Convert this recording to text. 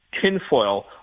tinfoil